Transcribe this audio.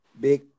big